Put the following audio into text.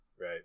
Right